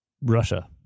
Russia